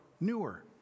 newer